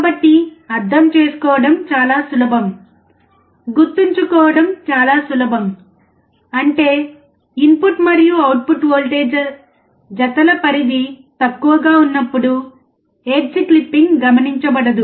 కాబట్టి అర్థం చేసుకోవడం చాలా సులభం గుర్తుంచుకోవడం చాలా సులభం అంటే ఇన్పుట్ మరియు అవుట్పుట్ వోల్టేజ్ జతల పరిధి తక్కువగా ఉన్నప్పుడు ఎడ్జ్ క్లిప్పింగ్ గమనించబడదు